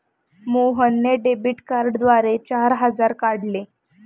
मोहनने डेबिट कार्डद्वारे चार हजार काढले